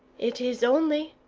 it is only,